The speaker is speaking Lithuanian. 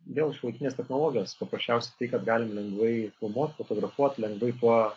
vėl šiuolaikinės technologijos paprasčiausiai tai kad galim lengvai filmuot fotografuot lengvai tuo